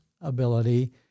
ability